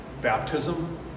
baptism